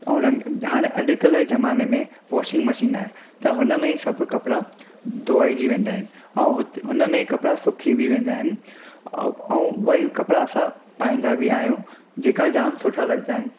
ऐं रंग हाणे अॼुकल्ह जे ज़माने में वॉशिंग मशीन आहे त हुनमें सभु कपिड़ा धोआइजी वेंदा आहिनि ऐं हुनमें ई कपिड़ा सुकी बि वेंदा आहिनि ऐं उहेई कपिड़ा असां पाईंदा बि आहियूं जेका जाम सुठा लॻंदा आहिनि